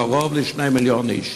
קרוב ל-2 מיליון איש.